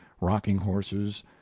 rocking-horses